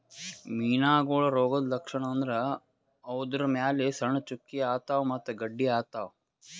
ಮೀನಾಗೋಳ್ ರೋಗದ್ ಲಕ್ಷಣ್ ಅಂದ್ರ ಅವುದ್ರ್ ಮ್ಯಾಲ್ ಸಣ್ಣ್ ಚುಕ್ಕಿ ಆತವ್ ಮತ್ತ್ ಗಡ್ಡಿ ಆತವ್